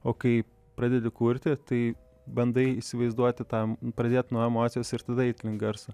o kai pradedi kurti tai bandai įsivaizduoti tą pradėt nuo emocijos ir tada eit link garso